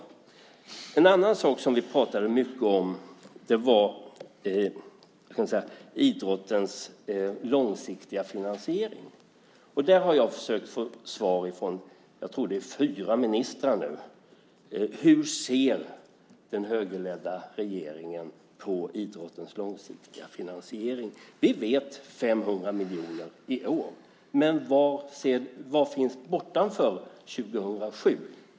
Det andra som vi pratade mycket om var idrottens långsiktiga finansiering. Och där har jag nu försökt få svar från fyra, tror jag att det är, ministrar. Hur ser den högerledda regeringen på idrottens långsiktiga finansiering? Vi vet att det är 500 miljoner i år. Men vad finns bortanför 2007?